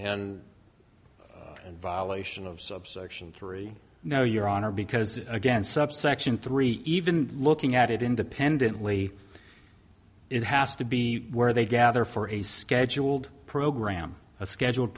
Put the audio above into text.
then violation of subsection three no your honor because again subsection three even looking at it independently it has to be where they gather for a scheduled program a scheduled